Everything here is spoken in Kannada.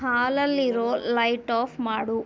ಹಾಲಲ್ಲಿರೋ ಲೈಟ್ ಆಫ್ ಮಾಡು